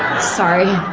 ah sorry.